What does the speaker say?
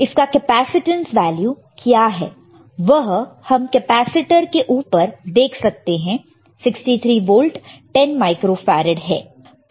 इसका capacitance value क्या है वह हम कैपेसिटर के ऊपर देख सकते हैं 63 वोल्ट 10 माइक्रो फैरड है